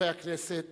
חברי הכנסת,